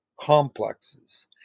complexes